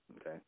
okay